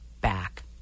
back